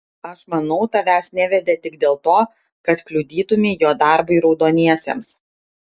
aš manau tavęs nevedė tik dėl to kad kliudytumei jo darbui raudoniesiems